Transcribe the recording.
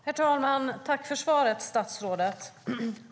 Herr talman! Jag tackar statsrådet för svaret.